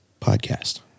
Podcast